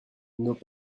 nos